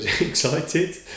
excited